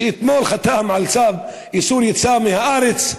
שאתמול חתם על צו איסור יציאה מהארץ,